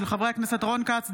של חברי הכנסת רון כץ,